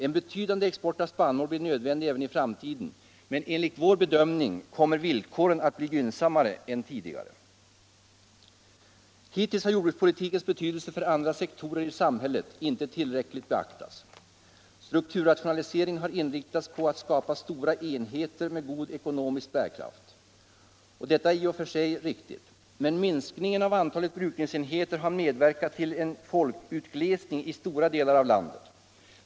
En betydande export av spannmål blir nödvändig även i framtiden, men enligt vår bedömning kommer villkoren att bli gynnsammare än tidigare. Hittills har jordbrukspolitikens betydelse för andra sektorer i samhället inte tillräckligt beaktats. Strukturrationaliseringen har inriktats på att skapa stora enheter med god ekonomisk bärkraft. Detta är i och för sig riktigt, men minskningen av antalet brukningsenheter har medverkat till folkutglesning i stora delar av landet.